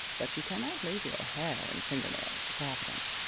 but you cannot leave your hair and finger nails to providence.